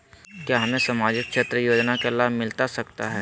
क्या हमें सामाजिक क्षेत्र योजना के लाभ मिलता सकता है?